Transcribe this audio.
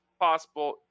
possible